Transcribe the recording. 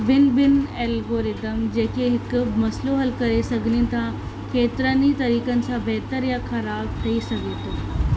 भिन भिन एल्गोरिदम जेके हिकु मसइलो हल करे सघनि था केतिरनि ई तरीक़नि सां बहितर या ख़राबु थी सघे थो